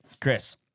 Chris